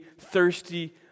thirsty